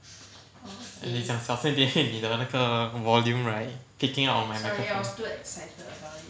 eh 你讲小声一点因为你的那个 volume right picking up on my on my microphone